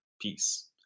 Peace